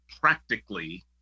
Practically